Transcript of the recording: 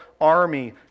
army